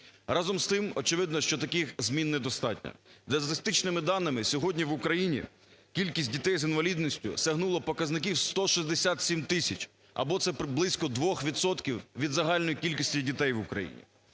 Разом з тим, очевидно, що таких змін недостатньо. За статистичними даними сьогодні в Україні кількість дітей з інвалідністю сягнуло показників 167 тисяч або це близько двох відсотків від загальної кількості дітей в Україні.